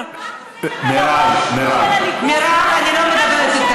מה את עושה?